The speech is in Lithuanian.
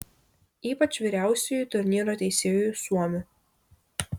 ypač vyriausiuoju turnyro teisėju suomiu